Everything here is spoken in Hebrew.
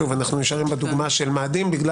אנחנו נשארים בדוגמה הזאת בגלל